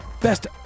best